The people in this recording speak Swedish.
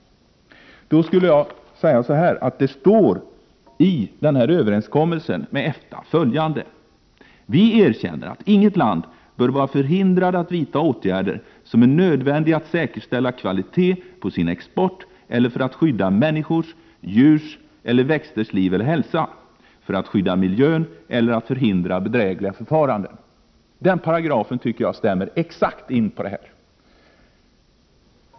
I GATT-överenskommelsen står det följande: ”Vi erkänner att inget land bör vara förhindrat att vidta åtgärder, som är nödvändiga för att säkerställa kvaliteten på sin export, eller för att skydda människors, djurs eller växters liv eller hälsa, för att skydda miljön, eller för att förhindra bedrägliga förfaranden ———.” Den paragrafen stämmer exakt i detta fall.